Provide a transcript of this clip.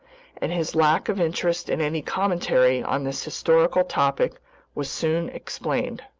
and his lack of interest in any commentary on this historical topic was soon explained.